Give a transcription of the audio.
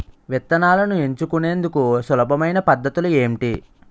విత్తనాలను ఎంచుకునేందుకు సులభమైన పద్ధతులు ఏంటి?